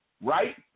right